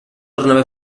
tornava